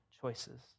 choices